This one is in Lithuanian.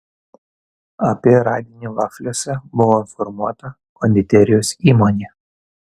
apie radinį vafliuose buvo informuota konditerijos įmonė